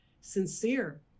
sincere